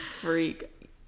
Freak